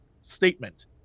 statement